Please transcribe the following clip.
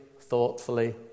thoughtfully